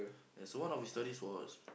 ya so one of his stories was